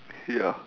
ya